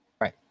Right